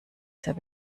sehr